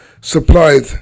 supplied